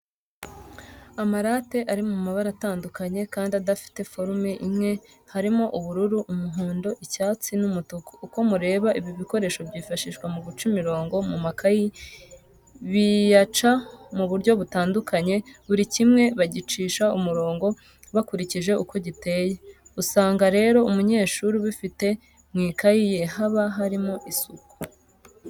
Amarate ari mumabara atandukanye kadi adafite forume imwe harimo ubururu, umuhondo, icyatsi,n,umutuku. uko mureba ibi bikoresho byifashishwa muguca imirongo mumakayi biyaca muburyo butandukanye buri kimwe bagicisha umurongo bakurikije uko giteye. usangarero umunyeshuri ubifite mwikayi ye haba harimo isuku.